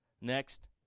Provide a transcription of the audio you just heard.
Next